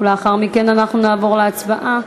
לאחר מכן נעבור להצבעה.